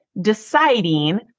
deciding